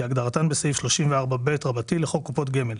כהגדרתן בסעיף 34ב לחוק קופות גמל,